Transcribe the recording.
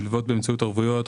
מלוות באמצעות ערבויות,